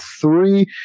three